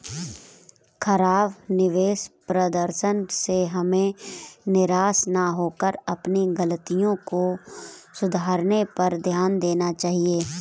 खराब निवेश प्रदर्शन से हमें निराश न होकर अपनी गलतियों को सुधारने पर ध्यान देना चाहिए